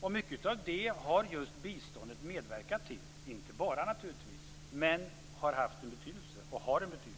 Och mycket av detta har just biståndet medverkat till. Naturligtvis är det inte bara det, men det har haft och har en betydelse.